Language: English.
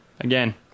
again